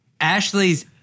Ashley's